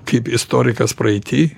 kaip istorikas praeity